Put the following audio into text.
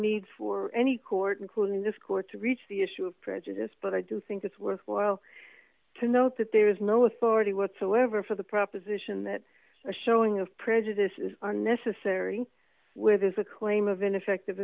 need for any court including this court to reach the issue of prejudice but i do think it's worthwhile to note that there is no authority whatsoever for the proposition that a showing of prejudice is are necessary with is a claim of ineffective